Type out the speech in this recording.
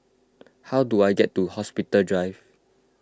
how do I get to Hospital Drive